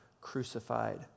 crucified